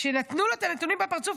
כשנתנו לו את הנתונים בפרצוף,